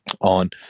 on